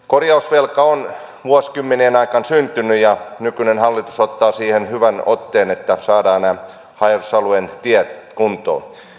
korjausvelka on vuosikymmenien aikaan syntynyt ja nykyinen hallitus ottaa siihen hyvän otteen että saadaan nämä haja asutusalueen tiet kuntoon